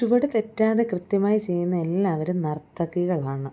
ചുവട് തെറ്റാതെ കൃത്യമായി ചെയ്യുന്ന എല്ലാവരും നർത്തകികളാണ്